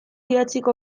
idatziko